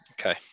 Okay